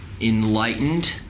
enlightened